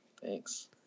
Thanks